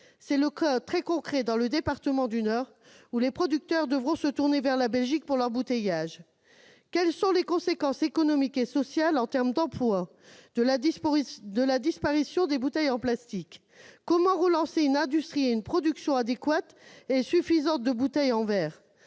ce serait le cas dans le département du Nord, où les producteurs devraient se tourner vers la Belgique pour l'embouteillage. Quelles sont les conséquences économiques et sociales, en termes d'emplois, de la disparition des bouteilles en plastique ? Comment relancer une industrie et une production adéquate et suffisante de bouteilles en verres ?